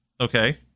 okay